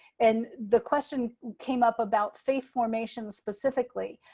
and the question came up about faith formation specifically.